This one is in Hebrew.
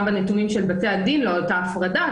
גם בנתונים של בתי הדין לא הייתה הפרדה.